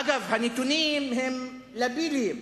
אגב, הנתונים הם לביליים.